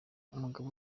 umugabo